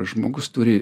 žmogus turi